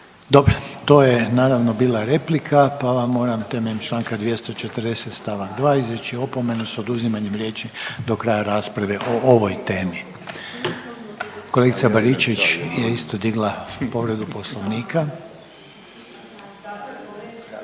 Dobro. To je naravno bila replika pa vam moram temeljem članka 240. stavak 2. izreći opomenu s oduzimanjem riječi do kraja rasprave o ovoj temi. Kolegica Baričević je isto digla povredu Poslovnika.